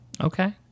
Okay